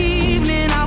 evening